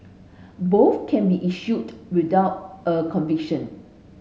both can be issued without a conviction